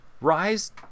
Rise